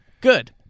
Good